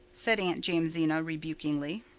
said aunt jamesina rebukingly.